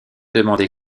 demandé